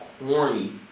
corny